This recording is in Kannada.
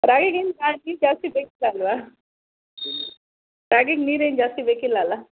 ರಾಗಿಗೇನು ಜಾ ನೀರು ಜಾಸ್ತಿ ಬೇಕಿಲ್ಲ ಅಲ್ಲವಾ ರಾಗಿಗೆ ನೀರು ಏನು ಜಾಸ್ತಿ ಬೇಕಿಲ್ಲ ಅಲ್ಲಾ